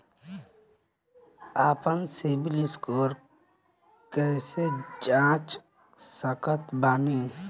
आपन CIBIL score कैसे जांच सकत बानी?